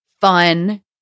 fun